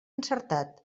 encertat